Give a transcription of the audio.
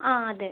ആ അതെ